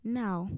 now